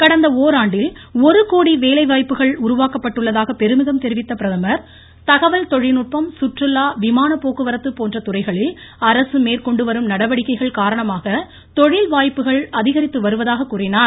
கடந்த ஒரு கோடி வேலைவாய்ப்புகள் உருவாக்கப்பட்டுள்ளதாக தெரிவித்த பிரதமர் தகவல் தொழில்நுட்பம் சுற்றுலா விமானப் பெருமிதம் போக்குவரத்து போன்ற துறைகளில் அரசு மேற்கொண்டு வரும் நடவடிக்கைகள் காரணமாக தொழில் வாய்ப்புகள் அதிகரித்து வருவதாக கூறினார்